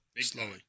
Slowly